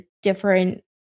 different